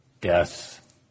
death